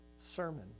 sermon